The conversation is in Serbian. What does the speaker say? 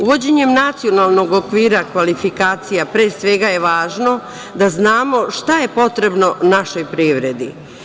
Uvođenjem nacionalnog okvira kvalifikacija pre svega je važno da znamo šta je potrebno našoj privredi.